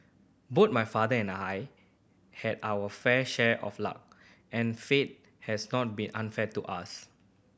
both my father and I have our fair share of luck and fate has not been unfair to us